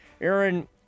Aaron